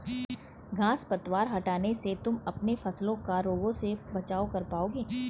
घांस पतवार हटाने से तुम अपने फसलों का रोगों से बचाव कर पाओगे